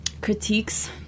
critiques